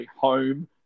home